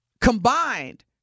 combined